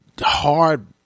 hard